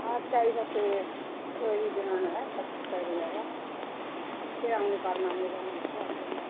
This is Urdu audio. ہاں اچھا ہی س سے کوئی بھی دینا نہ ہے سب کچھ سی ہو جائے گا اچھے ہم ن کرنا ہے گ ج ہم اچھے ہم دینا